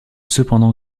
cependant